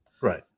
Right